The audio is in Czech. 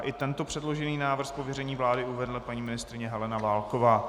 I tento předložený návrh z pověření vlády uvede paní ministryně Helena Válková.